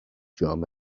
جام